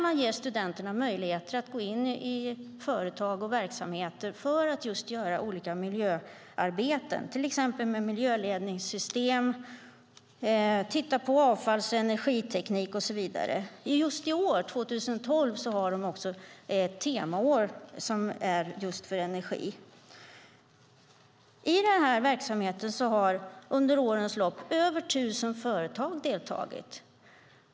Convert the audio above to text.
Man ger studenterna möjligheter att gå in i företag och verksamheter för att göra olika miljöarbeten, till exempel med miljöledningssystem, med att titta på avfalls och energiteknik och så vidare. Just i år, 2012, har de också ett temaår för just energi. I den här verksamheten har under årens lopp över tusen företag deltagit.